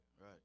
right